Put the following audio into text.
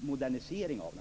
moderniserades.